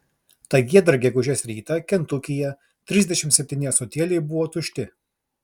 tą giedrą gegužės rytą kentukyje trisdešimt septyni ąsotėliai buvo tušti